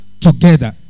together